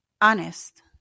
Honest